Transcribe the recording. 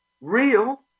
real